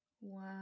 Wow